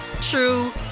true